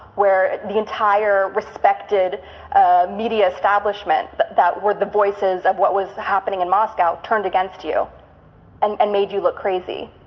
where the entire respected ah media establishment but that were the voices of what was happening in moscow turned against you and and made you look crazy.